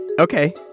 Okay